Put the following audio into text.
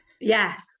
Yes